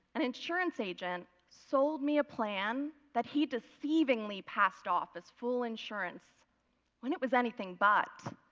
an insurance agent sold me a plan that he deceivingly passed off as full insurance when it was anything but.